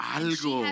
algo